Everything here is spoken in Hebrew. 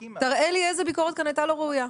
תראה לי איזה ביקורת כאן הייתה לא ראויה.